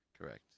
Correct